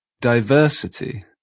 diversity